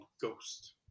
Ghost